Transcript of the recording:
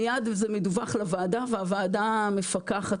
מיד זה מדווח לוועדה, והוועדה מפקחת.